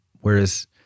Whereas